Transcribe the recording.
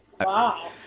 Wow